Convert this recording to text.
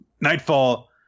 nightfall